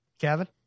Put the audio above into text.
kevin